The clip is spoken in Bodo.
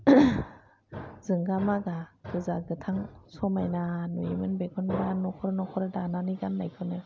जोंगा मागा गोजा गोथां समायना नुयोमोन बेखौनोबा न'खर न'खर दानानै गाननायखौनो